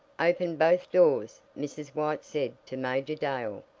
open both doors, mrs. white said to major dale,